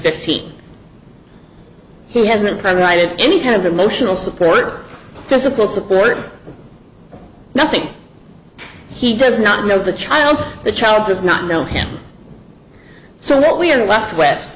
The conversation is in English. fifteen he hasn't provided any kind of emotional support physical support nothing he does not know the child the child does not know him so what we are left with